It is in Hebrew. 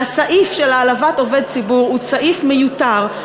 שהסעיף של העלבת עובד ציבור הוא סעיף מיותר,